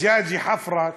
(אומר בערבית: תרנגולת חפרה